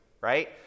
right